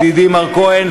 ידידי מר כהן,